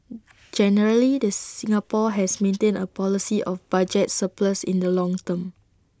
generally the Singapore has maintained A policy of budget surplus in the long term